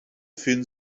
fühlen